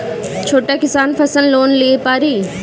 छोटा किसान फसल लोन ले पारी?